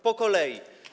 Po kolei.